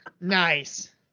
Nice